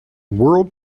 world